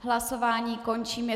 Hlasování končím.